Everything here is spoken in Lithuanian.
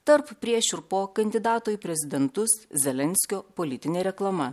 tarp prieš ir po kandidato į prezidentus zelenskio politinė reklama